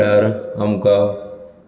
कांय वेळार आमकां